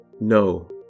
No